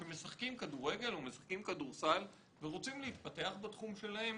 שמשחקים כדורגל או משחקים כדורסל ורוצים להתפתח בתחום שלהם.